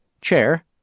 Chair